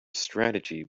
strategy